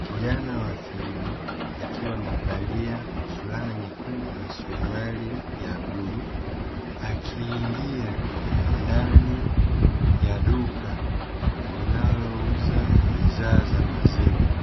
Kijana wa kiume akiwa amevalia fulana nyekundu na suruali ya bluu, akiingia ndani ya duka linalouuza bidhaa za maziwa,